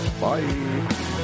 bye